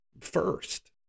first